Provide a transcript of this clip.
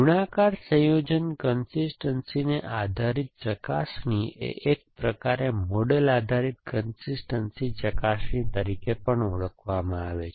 ગુણાકાર સંયોજન કન્સિસ્ટનસીને આધારીત ચકાસણી એ એક પ્રકારે મોડેલ આધારિત કન્સિસ્ટનસી ચકાસણી તરીકે પણ ઓળખવામાં આવે છે